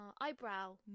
Eyebrow